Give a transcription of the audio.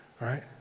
right